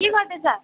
के गर्दै छ